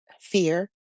fear